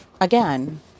again